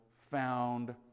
found